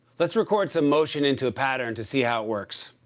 let's record some motion into a pattern to see how it works.